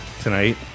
tonight